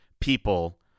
people